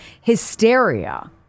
hysteria